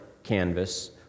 canvas